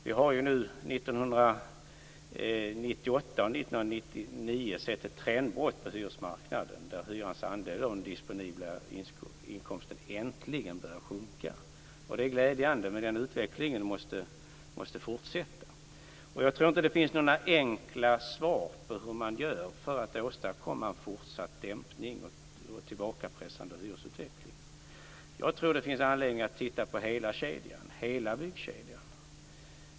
Under 1998 och 1999 har vi sett ett trendbrott på hyresmarknaden där hyrans andel av den disponibla inkomsten äntligen börjar sjunka. Det är glädjande, men den utvecklingen måste fortsätta. Jag tror inte att det finns några enkla svar på hur man gör för att åstadkomma en fortsatt dämpning och fortsätta att pressa tillbaka hyresutvecklingen. Jag tror att det finns anledning att titta på hela byggkedjan.